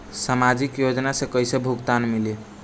सामाजिक योजना से कइसे भुगतान मिली?